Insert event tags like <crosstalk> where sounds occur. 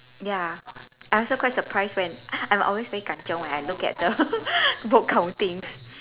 ya I also quite surprised when I always very kanchiong when I look at the <laughs> book countings